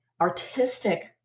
artistic